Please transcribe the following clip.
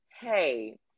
hey